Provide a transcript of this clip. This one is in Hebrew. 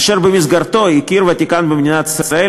אשר במסגרתו הכיר הוותיקן במדינת ישראל,